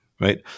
right